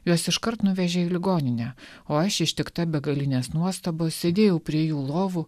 juos iškart nuvežė į ligoninę o aš ištikta begalinės nuostabos sėdėjau prie jų lovų